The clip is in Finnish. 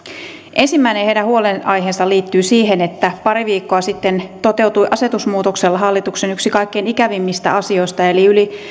ensimmäinen heidän huolenaiheistaan liittyy siihen että pari viikkoa sitten toteutui asetusmuutoksella hallituksen yksi kaikkein ikävimmistä asioista eli yli kolme